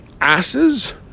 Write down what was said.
asses